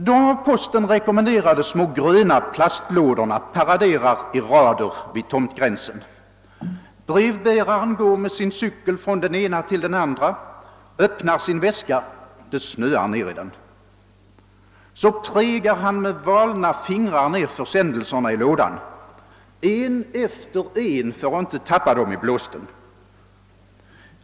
De av posten rekommenderade små gröna plastlådorna paraderar i rader vid tomtgränsen. Brevbäraren går med sin cykel från den ena till den andra och öppnar sin väska. Det snöar ned i den. Så stoppar han med valna fingrar ner försändelserna i lådan — en efter en för att inte tappa dem i blåsten.